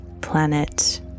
planet